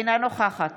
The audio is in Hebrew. אינה נוכחת